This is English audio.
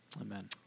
Amen